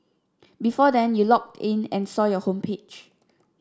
before then you logged in and saw your homepage